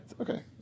okay